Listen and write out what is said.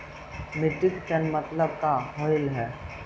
Metric tonne मतलब का होव हइ?